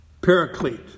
Paraclete